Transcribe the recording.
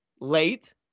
late